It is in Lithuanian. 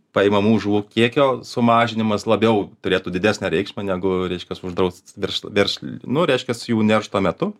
paimamų žuvų kiekio sumažinimas labiau turėtų didesnę reikšmę negu reiškias uždraust virš virš nu reiškias jų neršto metu